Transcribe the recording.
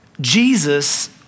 Jesus